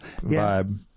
vibe